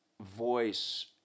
voice